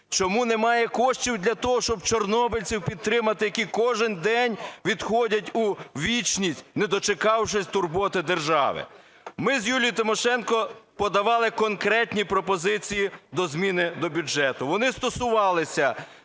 Чому немає коштів для того, щоб чорнобильців підтримати, які кожний день відходять у вічність, не дочекавшись турботи держави? Ми з Юлією Тимошенко подавали конкретні пропозиції до зміни до бюджету, вони стосувалися